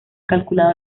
calculado